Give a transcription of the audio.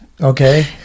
Okay